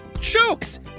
jokes